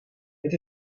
het